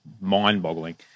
mind-boggling